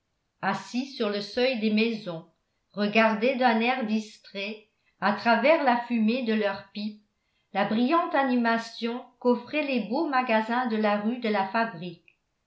assis sur le seuil des maisons regardaient d'un air distrait à travers la fumée de leurs pipes la brillante animation qu'offraient les beaux magasins de la rue de la fabrique